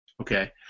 Okay